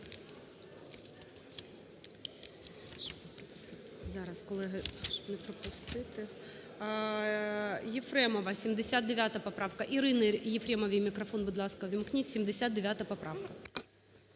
Зараз, колеги, щоб не пропустити. Єфремова, 79 поправка, Ірині Єфремовій мікрофон, будь ласка, увімкніть, 79 поправка.